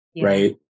right